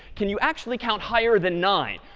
can you actually count higher than nine?